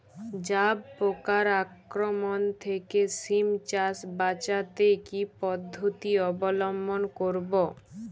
জাব পোকার আক্রমণ থেকে সিম চাষ বাচাতে কি পদ্ধতি অবলম্বন করব?